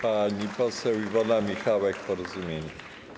Pani poseł Iwona Michałek, Porozumienie.